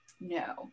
No